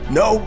no